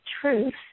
truth